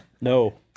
No